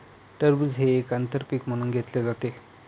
टरबूज हे एक आंतर पीक म्हणून घेतले जाते